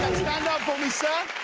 stand up for me sir.